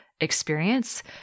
experience